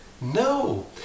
no